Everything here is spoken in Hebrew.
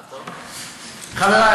חברי,